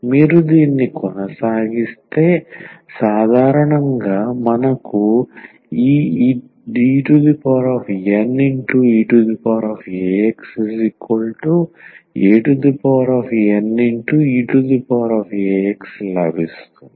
మీరు దీన్ని కొనసాగిస్తే సాధారణంగా మనకు ఈ Dneaxaneax లభిస్తుంది